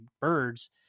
birds